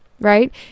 right